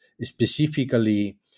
specifically